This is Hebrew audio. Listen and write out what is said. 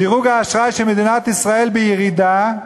דירוג האשראי של מדינת ישראל בירידה,